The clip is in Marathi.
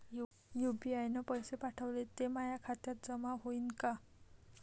यू.पी.आय न पैसे पाठवले, ते माया खात्यात जमा होईन का?